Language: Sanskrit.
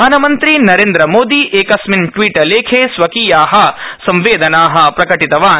प्रधानमन्त्री नरेन्द्रमोदी एकस्मिन् ट्वीटलेखे स्वकीया संवदेना स्प्रकटितवान्